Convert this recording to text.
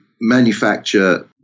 manufacture